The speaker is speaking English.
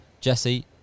Jesse